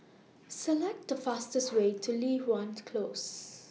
Select The fastest Way to Li Hwan Close